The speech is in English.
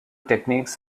techniques